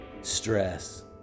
stress